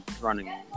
running